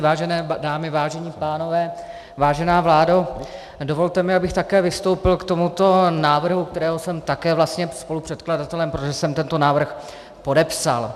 Vážené dámy, vážení pánové, vážená vládo, dovolte mi, abych také vystoupil k tomuto návrhu, kterého jsem také vlastně spolupředkladatelem, protože jsem tento návrh podepsal.